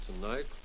Tonight